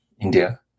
india